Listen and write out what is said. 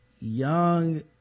young